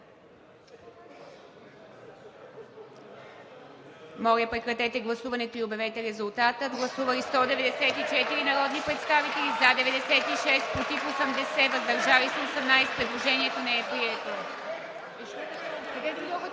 Моля, прекратете гласуването и обявете резултата. Гласували 194 народни представители: за 96, против 80, въздържали се 18. Предложението не е прието.